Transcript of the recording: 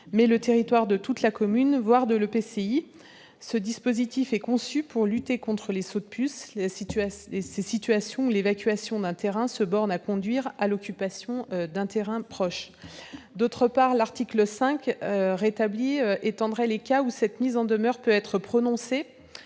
aussi le territoire de toute la commune, voire de l'EPCI. Ce dispositif est conçu pour lutter contre les « sauts de puce », ces situations où l'évacuation d'un terrain conduit à l'occupation d'un terrain proche. D'autre part, l'article 5 rétabli étendrait les cas où cette mise en demeure peut être prononcée.